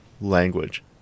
language